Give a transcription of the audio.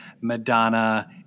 Madonna